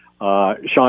Sean